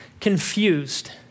confused